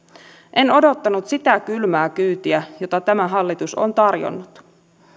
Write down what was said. en odottanut sitä kylmää kyytiä jota tämä hallitus on tarjonnut